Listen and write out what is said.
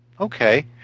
Okay